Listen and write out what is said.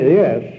yes